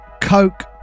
Coke